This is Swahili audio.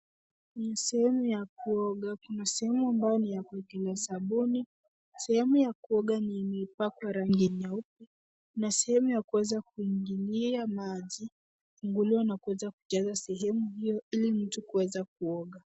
Ni sehemu ya kuoga. Kuna sehemu ambayo ni ya kuwekelewa sabuni. Sehemu ya kuoga imepakwa rangi nyeupe na sehemu ya kuweza kuingilia maji imefunguliwa na kuweza kujaza sehemu hiyo ili mtu kuweza kuoga.